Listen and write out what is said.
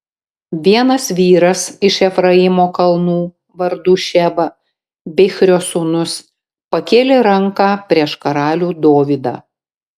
vienas vyras iš efraimo kalnų vardu šeba bichrio sūnus pakėlė ranką prieš karalių dovydą